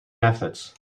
methods